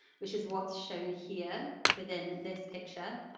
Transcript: which is what's shown here within this picture.